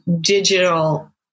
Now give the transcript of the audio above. digital